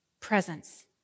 presence